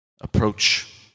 approach